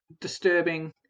disturbing